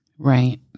Right